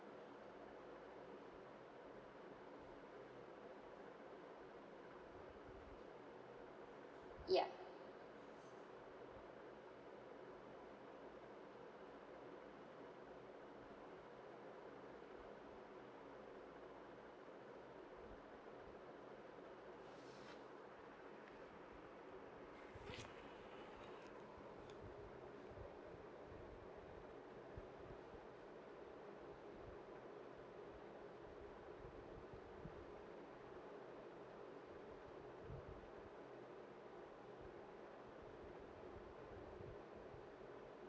yeah